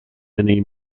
many